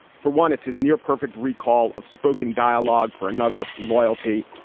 for one it's his near perfect recall of spoken dialogue for another loyalty.